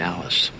Alice